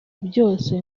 byose